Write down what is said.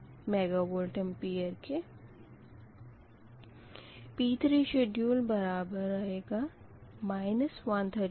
इसी तरह से P3 शेड्युल बराबर है Pg3 PL3 के